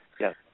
Yes